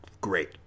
great